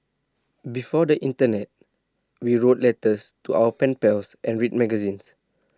before the Internet we wrote letters to our pen pals and read magazines